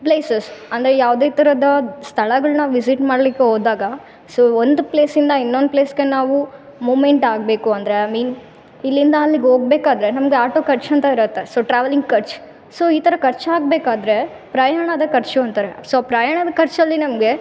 places ಅಂದರೆ ಯಾವುದೇ ಥರದ ಸ್ಥಳಗಳ್ನ ವಿಸಿಟ್ ಮಾಡ್ಲಿಕ್ಕೆ ಹೋದಾಗ ಸೊ ಒಂದು ಪ್ಲೇಸಿಂದ ಇನ್ನೊಂದು ಪ್ಲೇಸ್ಗೆ ನಾವು ಮೂಮೆಂಟ್ ಆಗಬೇಕು ಅಂದರೆ ಐ ಮೀನ್ ಇಲ್ಲಿಂದ ಅಲ್ಲಿಗೆ ಹೋಗ್ಬೇಕಾದ್ರೆ ನಮಗೆ ಆಟೋ ಖರ್ಚ್ ಅಂತ ಇರುತ್ತೆ ಸೊ ಟ್ರಾವೆಲಿಂಗ್ ಖರ್ಚ್ ಸೊ ಈ ಥರ ಖರ್ಚ್ ಆಗಬೇಕಾದ್ರೆ ಪ್ರಯಾಣದ ಖರ್ಚು ಅಂತಾರೆ ಸೊ ಪ್ರಯಾಣದ ಖರ್ಚಲ್ಲಿ ನಮಗೆ